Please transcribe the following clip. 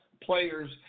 players